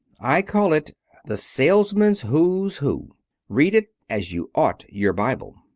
i call it the salesman's who's who read it as you ought your bible.